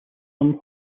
some